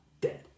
dead